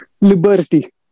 liberty